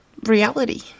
reality